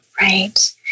Right